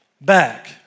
back